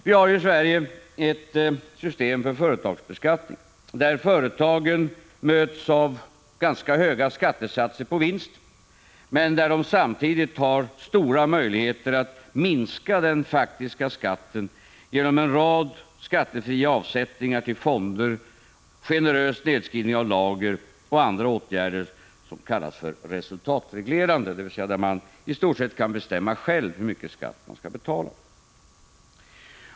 Vi har ju i Sverige ett system för företagsbeskattning där företagen möts av ganska höga skattesatser på vinst men där de samtidigt har stora möjligheter att minska den faktiska skatten genom en rad skattefria avsättningar till fonder, generös nedskrivning av lager och andra åtgärder som kallas resultatreglerande, dvs. genom vilka man i stort sett kan bestämma själv hur mycket skatt man skall betala.